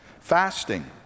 Fasting